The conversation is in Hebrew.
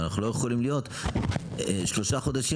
אבל אנחנו לא יכולים להיות שלושה חודשים